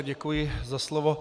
Děkuji za slovo.